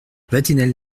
vatinelle